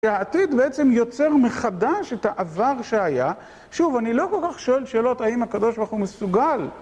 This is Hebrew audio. העתיד בעצם יוצר מחדש את העבר שהיה, שוב אני לא כל כך שואל שאלות האם הקב"ה מסוגל